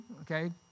Okay